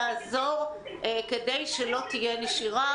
לעזור כדי שלא תהיה נשירה?